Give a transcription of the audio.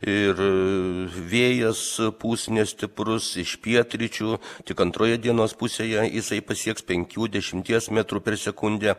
ir vėjas pūs nestiprus iš pietryčių tik antroje dienos pusėje jisai pasieks penkių dešimties metrų per sekundę